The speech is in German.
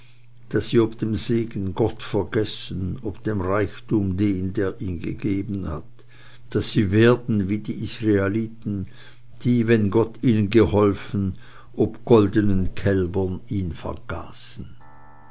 dem segen gott vergessen ob dem reichtum den der ihn gegeben hat daß sie werden wie die israeliten die wenn gott ihnen geholfen ob goldenen kälbern ihn vergaßen